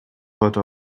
heute